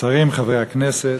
השרים, חברי הכנסת,